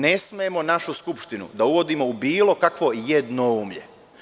Ne smemo našu Skupštinu da uvodimo u bilo kakvo jednoumlje.